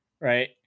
right